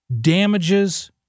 damages